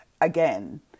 again